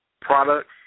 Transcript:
products